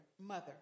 mother